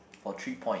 for three point